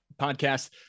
podcast